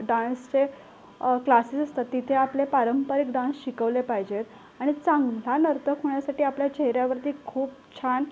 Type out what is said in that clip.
डांसचे classes असतात तिथे आपले पारंपरिक डांस शिकवले पाहिजेत आणि चांगला नर्तक होण्यासाठी आपल्या चेहऱ्यावरती खूप छान